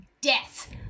death